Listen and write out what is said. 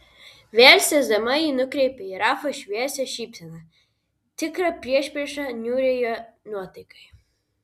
vėl sėsdama ji nukreipė į rafą šviesią šypseną tikrą priešpriešą niūriai jo nuotaikai